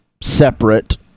separate